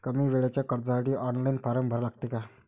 कमी वेळेच्या कर्जासाठी ऑनलाईन फारम भरा लागते का?